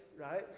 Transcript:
right